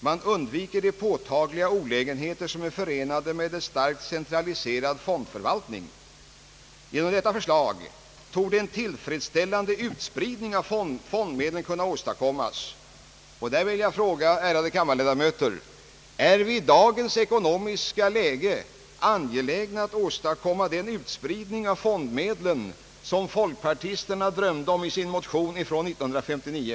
Man undviker de påtagliga olägenheter som är förenade med en starkt centraliserad fondförvaltning. Genom detta förslag torde en tillfredsställande utspridning av fondmedlen kunna åstadkommas.» Jag vill fråga de ärade kammarledamöterna: Är vi i dagens ekonomiska läge angelägna att åstadkomma den utspridning av fondmedlen som folkpartisterna drömde om 1959?